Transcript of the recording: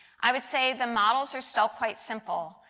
i would say the models are still quite simple.